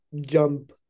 jump